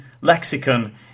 lexicon